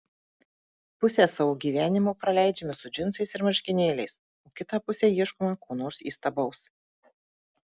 pusę savo gyvenimo praleidžiame su džinsais ir marškinėliais o kitą pusę ieškome ko nors įstabaus